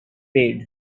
paid